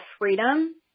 freedom